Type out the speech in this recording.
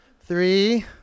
Three